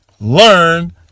learn